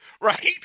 right